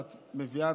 ואת מביאה,